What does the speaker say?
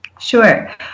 Sure